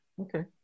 Okay